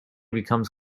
becomes